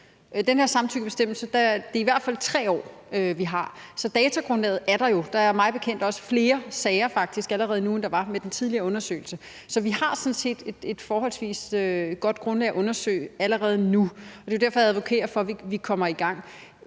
den her samtykkebestemmelse er det i hvert fald 3 år, vi har. Så datagrundlaget er der jo. Der er faktisk også mig bekendt flere sager allerede nu, end der var ved den tidligere undersøgelse. Så vi har sådan set et forholdsvis godt grundlag at undersøge på allerede nu. Det er jo derfor, jeg advokerer for, at vi kommer i gang.